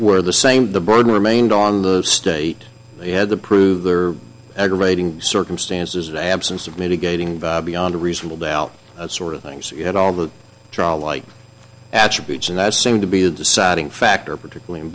were the same the burden remained on the state had to prove their aggravating circumstances the absence of mitigating beyond reasonable doubt sort of things you had all the trial like attributes and that seemed to be the deciding factor particularly in